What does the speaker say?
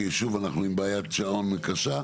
כי שוב אנחנו עם בעיית שעון קשה,